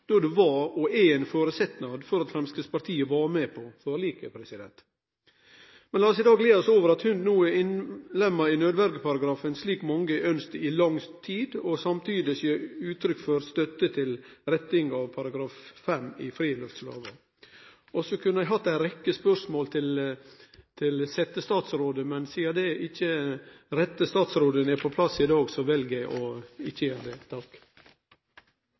då det var – og er – ein føresetnad for at Framstegspartiet var med på forliket. Lat oss i dag glede oss over at hund no er innlemma i nødverjeparagrafen, slik mange har ønskt i lang tid. Eg vil samtidig gi uttrykk for støtte til rettinga av § 5 i friluftslova. Eg kunne stilt ei rekkje spørsmål til setjestatsråden, men sidan den rette statsråden ikkje er på plass i dag, vel eg å ikkje